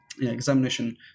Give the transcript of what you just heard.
Examination